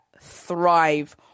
thrive